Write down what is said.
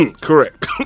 Correct